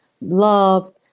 love